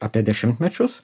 apie dešimtmečius